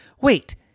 Wait